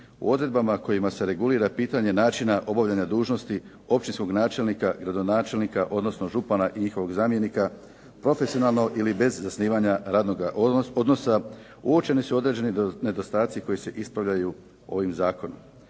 u odredbama kojima se regulira pitanje načina obavljanja dužnosti općinskog načelnika, gradonačelnika, odnosno župana i njihovog zamjenika profesionalno ili bez zasnivanja radnoga odnosa uočene su određeni nedostaci koji se ispravljaju ovim zakonom.